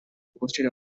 posted